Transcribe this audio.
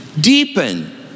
deepen